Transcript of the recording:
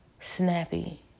snappy